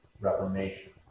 reformation